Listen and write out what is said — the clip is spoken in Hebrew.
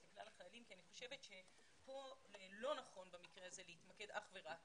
לכלל החיילים כי אני חושבת שכאן לא נכון במקרה הזה להתמקד אך ורק